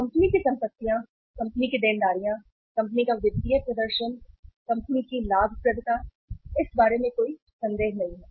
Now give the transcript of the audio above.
company की संपत्तियां company की देनदारियां कंपनी का वित्तीय प्रदर्शन कंपनी की लाभप्रदता इस बारे में कोई संदेह नहीं है